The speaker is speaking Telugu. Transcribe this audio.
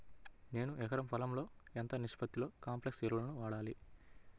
నేను ఎకరం పొలంలో ఎంత నిష్పత్తిలో కాంప్లెక్స్ ఎరువులను వాడాలి?